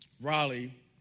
Raleigh